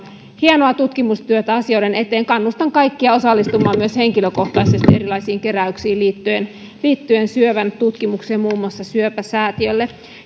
hienoa tutkimustyötä asioiden eteen kannustan kaikkia osallistumaan myös henkilökohtaisesti erilaisiin keräyksiin liittyen liittyen syövän tutkimukseen muun muassa syöpäsäätiölle